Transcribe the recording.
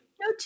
No